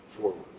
forward